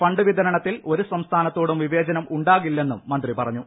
fund വിതരണത്തിൽ ഒരു സംസ്ഥാനത്തോടും വിവേചനം ഉണ്ടാകില്ലെന്നും മന്ത്രി പറഞ്ഞു